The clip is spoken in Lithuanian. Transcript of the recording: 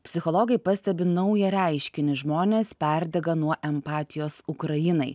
psichologai pastebi naują reiškinį žmonės perdega nuo empatijos ukrainai